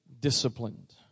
Disciplined